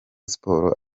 sport